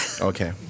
Okay